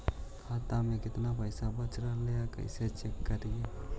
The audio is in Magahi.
खाता में केतना पैसा बच रहले हे कैसे चेक करी?